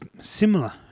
similar